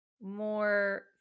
more